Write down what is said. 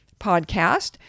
podcast